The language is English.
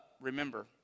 remember